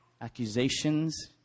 accusations